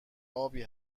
آبی